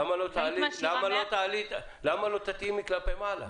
למה לא תתאימי כלפי מעלה?